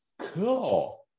Cool